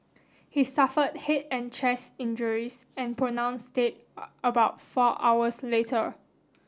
he suffered head and chest injuries and pronounced dead about four hours later